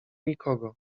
nikogo